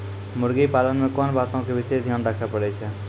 मुर्गी पालन मे कोंन बातो के विशेष ध्यान रखे पड़ै छै?